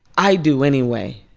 i do, anyway.